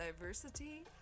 diversity